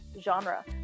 genre